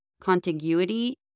contiguity